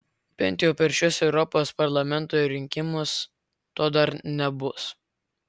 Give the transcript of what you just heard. bent jau per šiuos europos parlamento rinkimus to dar nebus